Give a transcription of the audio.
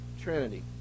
Trinity